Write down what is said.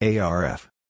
ARF